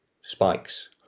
spikes